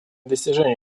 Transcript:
достижения